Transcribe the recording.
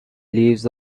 leaves